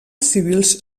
civils